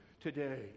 Today